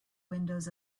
windows